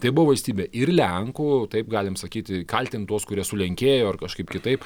tai buvo valstybė ir lenkų taip galim sakyti kaltint tuos kurie sulenkėjo ar kažkaip kitaip